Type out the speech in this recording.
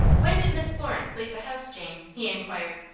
when did miss florence leave the house, jane? he inquired,